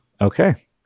Okay